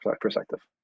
perspective